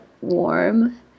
warm